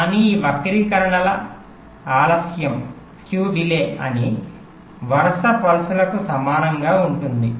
కానీ ఈ వక్రీకరణ ఆలస్యం అన్ని వరుస పల్సులకు సమానంగా ఉంటుంది